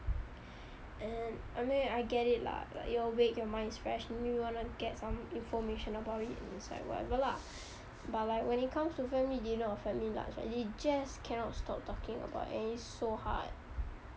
and I mean I get it lah like you awake your mind is fresh and you wanna get some information about it inside whatever lah but like when it comes to family dinner or family lunch they just cannot stop talking about and it's so hard